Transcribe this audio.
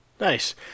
Nice